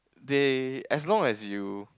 they as long as you